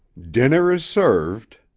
dinner is served,